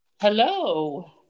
Hello